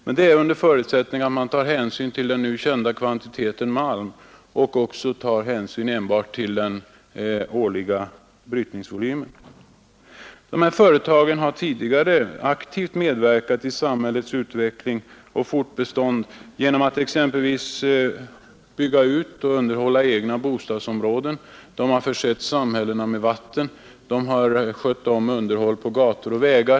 Men det är under förutsättning att man tar hänsyn till den nu kända kvantiteten malm och till den årliga brytningsvolymen. Gruvföretagen har tidigare aktivt medverkat till samhällenas utveckling och fortbestånd genom att exempelvis bygga ut och underhålla egna bostadsområden. De har försett samhällena med vatten. De har skött underhåll av gator och vägar.